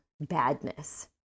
badness